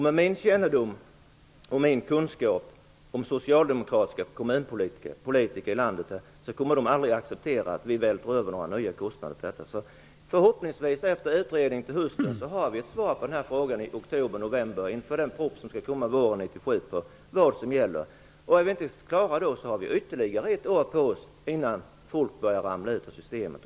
Med min kännedom och kunskap om socialdemokratiska kommunpolitiker i landet vet jag att de aldrig kommer att acceptera att vi vältrar över några nya kostnader för detta. Efter utredning i höst har vi förhoppningsvis ett svar på frågan vad som gäller i oktober-november inför den proposition som skall läggas fram under våren 1997. Om vi inte är klara då, har vi ytterligare ett år på oss innan folk börjar att ramla ut ur systemet.